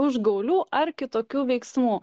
užgaulių ar kitokių veiksmų